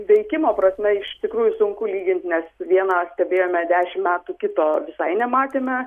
veikimo prasme iš tikrųjų sunku lygint nes vieną stebėjome dešim metų kito visai nematėme